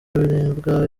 ibiribwa